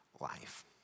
life